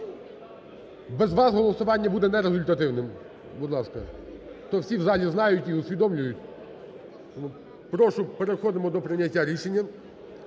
Без вас голосування буде нерезультативним. Будь ласка! То всі в залі знають і усвідомлюють. Прошу, переходимо до прийняття рішення.